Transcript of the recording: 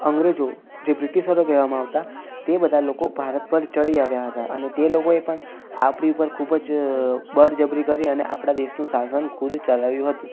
અંગ્રેજો જે બ્રિટિશરો કહેવામાં આવતા તે બધાં લોકો ભારત પર ચઢી આવ્યા હતા અને તે લોકોએ પણ આપણી ઉપર ખૂબ જ બળજબરી કરી અને આપણા દેશનું શાસન ખુદ ચલાવ્યું હતું